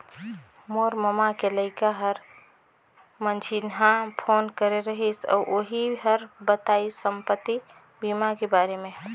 मोर ममा के लइका हर मंझिन्हा फोन करे रहिस अउ ओही हर बताइस संपति बीमा के बारे मे